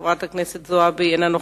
ביום י"א בסיוון התשס"ט (3 ביוני 2009):